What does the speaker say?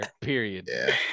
period